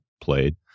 played